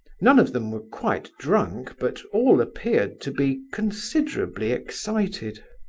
none of them were quite drunk, but all appeared to be considerably excited.